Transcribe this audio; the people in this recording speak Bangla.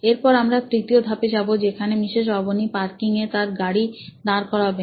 এরপর আমরা তৃতীয় ধাপে যাবো যেখানে মিসেস অবনী পার্কিং এ তার গাড়ি দাঁড় করাবেন